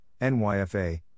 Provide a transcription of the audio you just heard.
NYFA